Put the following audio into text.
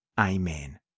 Amen